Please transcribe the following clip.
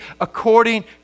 according